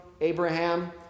Abraham